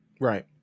Right